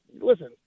listen